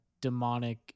demonic